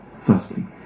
Firstly